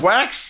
Wax